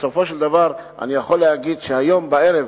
ובסופו של דבר אני יכול להגיד שהיום בערב,